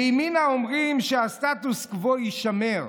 בימינה אומרים שהסטטוס קוו יישמר,